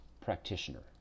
practitioner